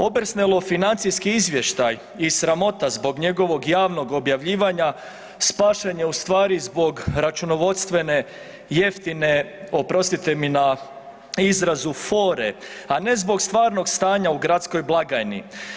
Obersnelov financijski izvještaj i sramota zbog njegovog javnog objavljivanja spašen je ustvari zbog računovodstvene jeftine oprostite mi na izrazu fore, a ne zbog stvarnog stanja u gradskoj blagajni.